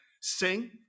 sing